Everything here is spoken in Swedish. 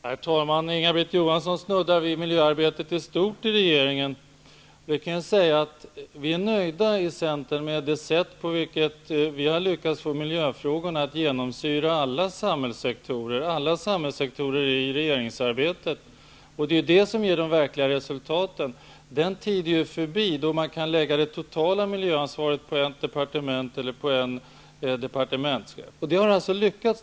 Herr talman! Inga-Britt Johansson snuddar vid miljöarbetet i stort i regeringen. Vi är nöjda i Centern med det sätt på vilket vi har lyckats få miljöfrågorna att genomsyra alla samhällssektorer i regeringsarbetet. Det är det som ger de verkliga resultaten. Den tid är förbi då man kunde lägga det totala miljöansvaret på ett departement eller en departementschef. Detta arbete har lyckats.